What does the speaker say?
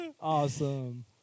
Awesome